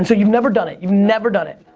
and you've never done it, you've never done it?